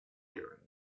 during